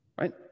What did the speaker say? Right